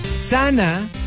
Sana